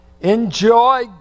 Enjoy